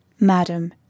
Madam